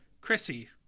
Chrissy